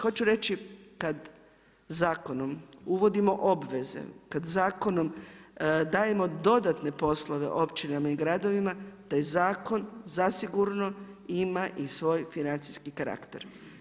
Hoću reći kad zakonom uvodimo obveze, kad zakonom dajemo dodatne poslove, općinama i gradovima, taj zakon zasigurno ima i svoj financijski karakter.